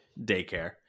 daycare